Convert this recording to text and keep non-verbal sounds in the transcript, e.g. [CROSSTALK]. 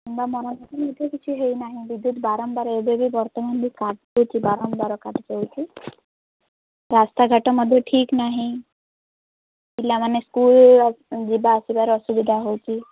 ମୋ ମନ [UNINTELLIGIBLE] ମଧ୍ୟ କିଛି ହେଇନାହିଁ ବିଦ୍ୟୁତ ବାରମ୍ବାର ଏବେ ବି ବର୍ତ୍ତମାନ ବି କାଟୁଛି ବାରମ୍ବାର କାଟି ଦେଉଛି ରାସ୍ତାଘାଟ ମଧ୍ୟ ଠିକ୍ ନାହିଁ ପିଲାମାନେ ସ୍କୁଲ୍ ଯିବା ଆସିବାରେ ଅସୁବିଧା ହେଉଛି